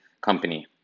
company